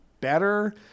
better